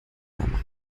beim